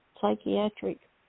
psychiatric